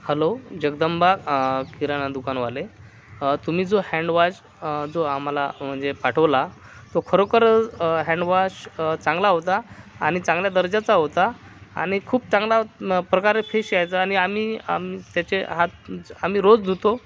hello Jagdamba किराणा दुकानवाले तुम्ही जो हॅन्डवॉश जो आम्हाला म्हणजे पाठवला तो खरोखर हॅन्डवॉश चांगला होता आणि चांगल्या दर्जाचा होता आणि खूप चांगल्याप्रकारे फेस यायचा आणि आम्ही त्याचे हात आम्ही रोज धुतो